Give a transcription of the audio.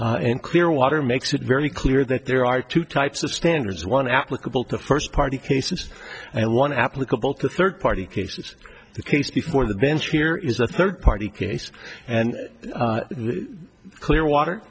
in clearwater makes it very clear that there are two types of standards one applicable to first party cases and one applicable to third party cases the case before the bench here is a third party case and clearwater